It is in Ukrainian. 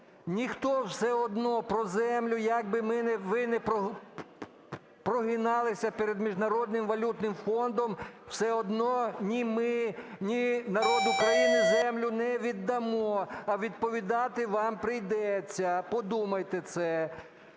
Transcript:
ніхто все одно про землю, як би ви не прогиналися перед Міжнародним валютним фондом, все одно ні ми, ні народ України землю не віддамо. А відповідати вам прийдеться. Подумайте.